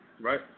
Right